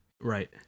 Right